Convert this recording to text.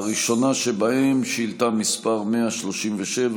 הראשונה שבהן: שאילתה מס' 137,